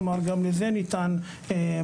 כלומר, גם לזה ניתן מענה.